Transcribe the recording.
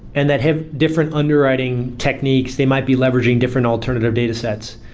and that have different underwriting techniques. they might be leveraging different alternative datasets.